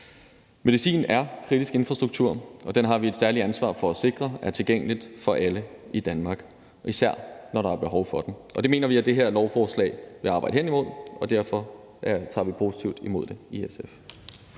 Medicin er kritisk infrastruktur, og den har vi et særligt ansvar for at sikre er tilgængelig for alle i Danmark, især når der er behov for den. Og det mener vi at det her lovforslag vil arbejde hen imod, og derfor tager vi positivt imod det i SF.